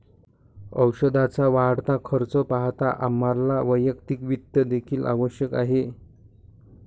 औषधाचा वाढता खर्च पाहता आम्हाला वैयक्तिक वित्त देखील आवश्यक आहे